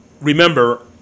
remember